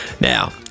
Now